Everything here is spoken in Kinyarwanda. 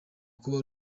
kuba